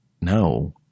no